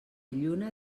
lluna